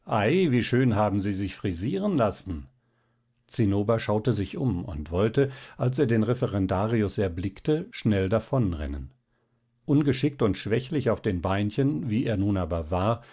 wie schön haben sie sich frisieren lassen zinnober schaute sich um und wollte als er den referendarius erblickte schnell davonrennen ungeschickt und schwächlich auf den beinchen wie er nun aber war